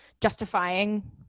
Justifying